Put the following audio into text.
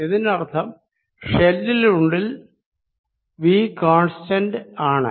ഇതിനർത്ഥം ഷെല്ലിനുള്ളിൽ V constant ആണ്